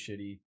shitty